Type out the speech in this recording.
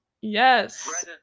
Yes